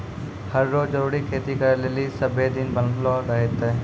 हर रो जरूरी खेती करै लेली सभ्भे दिन बनलो रहतै